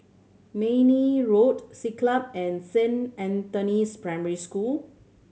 Mayne Road Siglap and Saint Anthony's Primary School